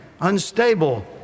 unstable